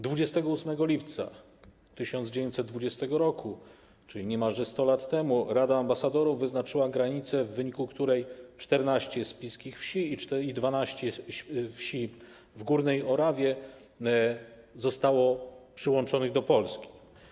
28 lipca 1920 r., czyli niemalże 100 lat temu, Rada Ambasadorów wyznaczyła granicę, w wyniku której 14 spiskich wsi i 12 wsi na Górnej Orawie zostało przyłączonych do Polski.